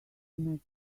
next